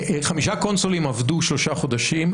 חמישה קונסולים עבדו שלושה חודשים,